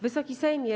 Wysoki Sejmie!